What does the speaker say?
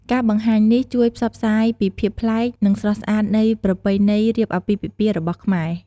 ការបង្ហាញនេះ ជួយផ្សព្វផ្សាយពីភាពប្លែក និងស្រស់ស្អាតនៃប្រពៃណីរៀបអាពាហ៍ពិពាហ៍របស់ខ្មែរ។